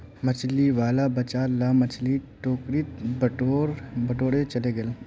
मछली वाला बचाल ला मछली टोकरीत बटोरे चलइ गेले